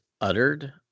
uttered